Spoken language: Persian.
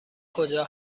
کجا